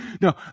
No